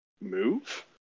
move